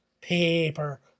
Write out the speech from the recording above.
Paper